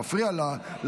זה מפריע למציע.